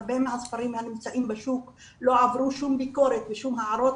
הרבה מהספרים הנמצאים בשוק לא עברו שום ביקורת ושום הערות